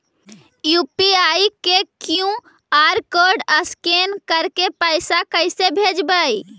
UPI के QR code scan करके पैसा कैसे भेजबइ?